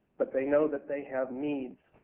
but they know that they have needs.